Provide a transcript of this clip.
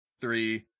three